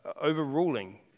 overruling